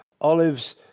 Olive's